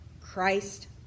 Christ